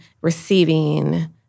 receiving